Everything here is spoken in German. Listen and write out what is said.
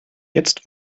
jetzt